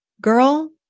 girl